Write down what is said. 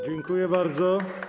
Dziękuję bardzo.